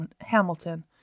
Hamilton